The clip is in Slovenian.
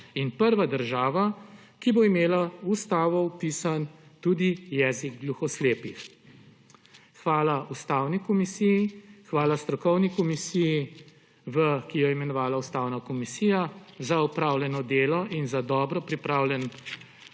in prva država, ki bo imela v ustavo vpisan tudi jezik gluhoslepih. Hvala Ustavni komisiji, hvala strokovni komisiji, ki jo je imenovala Ustavna komisija, za opravljeno delo in za dobro pripravljeno